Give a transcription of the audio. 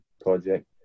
project